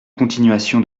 continuation